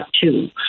two